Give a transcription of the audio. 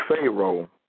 Pharaoh